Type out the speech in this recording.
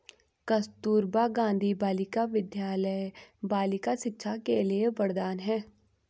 कस्तूरबा गांधी बालिका विद्यालय बालिका शिक्षा के लिए वरदान है